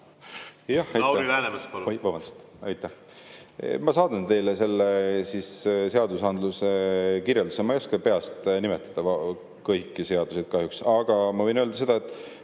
Ma saadan teile selle seadusandluse kirjelduse. Ma ei oska kahjuks peast nimetada kõiki seadusi, aga võin öelda seda, et